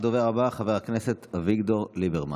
הדובר הבא, חבר הכנסת אביגדור ליברמן.